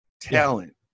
talent